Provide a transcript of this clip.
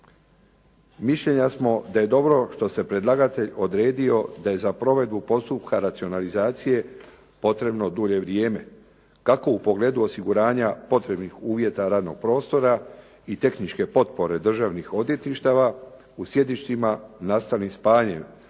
Mišljenja smo da je dobro što se predlagatelj odredio da je za provedbu postupka racionalizacije potrebno dulje vrijeme kako u pogledu osiguranja potrebnih uvjeta radnog prostora i tehničke potpore državnih odvjetništava u sjedištima nastalim spajanjem